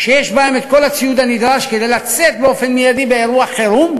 שיש בהן את כל הציוד הנדרש כדי לצאת באופן מיידי באירוע חירום.